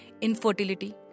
Infertility